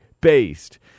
Based